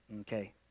Okay